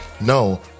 No